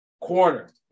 Corner